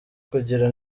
kugira